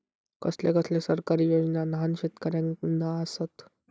कसले कसले सरकारी योजना न्हान शेतकऱ्यांना आसत?